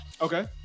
Okay